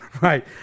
Right